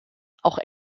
auch